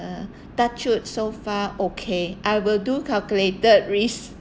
uh touch wood so far okay I will do calculated risk